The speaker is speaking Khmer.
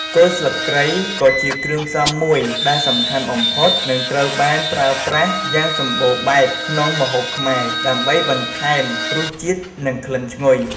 គល់ស្លឹកគ្រៃក៏ជាគ្រឿងផ្សំមួយដែលសំខាន់បំផុតនិងត្រូវបានប្រើប្រាស់យ៉ាងសម្បូរបែបក្នុងម្ហូបខ្មែរ ដើម្បីបន្ថែមរសជាតិ និងក្លិនឈ្ងុយ។